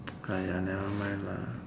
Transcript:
!aiya! nevermind lah